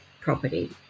property